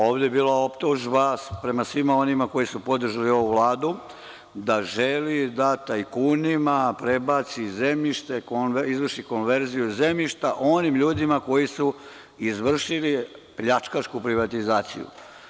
Ovde je bila optužba prema svima onima koji su podržali ovu Vladu da žele da tajkunima prebaci zemljište, izvrši konverziju zemljišta onim ljudima koji su izvršili pljačkašku privatizaciju.